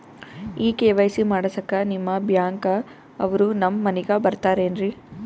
ಈ ಕೆ.ವೈ.ಸಿ ಮಾಡಸಕ್ಕ ನಿಮ ಬ್ಯಾಂಕ ಅವ್ರು ನಮ್ ಮನಿಗ ಬರತಾರೆನ್ರಿ?